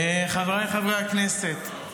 חבריי חברי הכנסת,